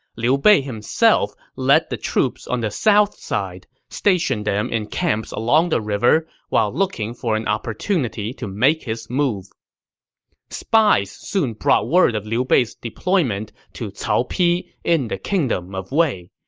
liu bei himself led the troops on the south side, stationed them in camps along the river while looking for an opportunity to make his move spies soon brought word of liu bei's deployment to cao pi in the kingdom of wei.